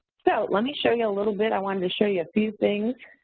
so, let me show you a little bit, i wanted to show you a few things